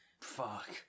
Fuck